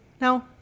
No